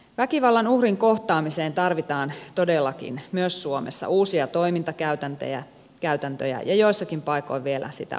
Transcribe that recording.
väkivallan uhrin kohtaamiseen tarvitaan todellakin myös suomessa uusia toimintakäytäntöjä ja joissakin paikoin vielä sitä osaamisen vahvistamistakin